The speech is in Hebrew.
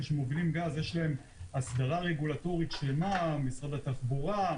שמובילים גז יש להם הסדרה רגולטורית שלמה: משרד התחבורה,